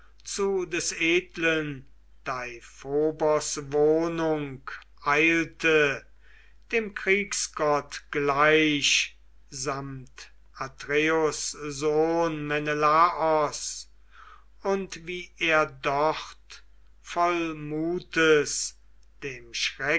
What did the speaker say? zu des edlen deiphobos wohnung eilte dem kriegsgott gleich samt atreus sohn menelaos und wie er dort voll mutes dem